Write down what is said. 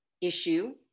issue